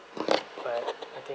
but I think